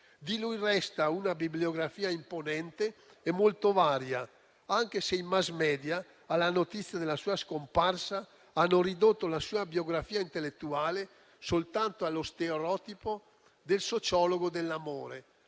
Di lui resta una bibliografia imponente e molto varia, anche se i *mass media*, alla notizia della sua scomparsa, hanno ridotto la sua biografia intellettuale soltanto allo stereotipo del sociologo dell'amore,